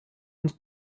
und